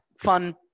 fun